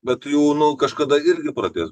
bet jų nu kažkada irgi pradės